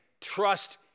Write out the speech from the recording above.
trust